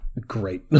great